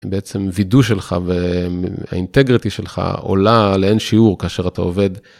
בעצם וידו שלך והאינטגרטי שלך עולה לאין שיעור כאשר אתה עובד.